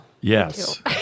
Yes